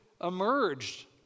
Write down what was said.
emerged